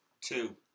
Two